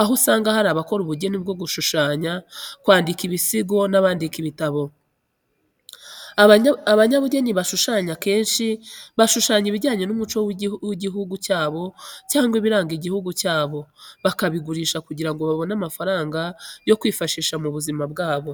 aho usanga hari abakora ubujyeni bwo gushushanya, kwandika ibisigo, n'abandika ibitabo. Abanyabujyeni bashushanya akenci bashushanya ibijyanye n'umuco w'ijyihungu cyabo cyangwa ibiranga ijyihugu cyabo, bakabigurisha kujyira ngo babone amafaranga yo kwifashisha mu buzima bwabo